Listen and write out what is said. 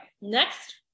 next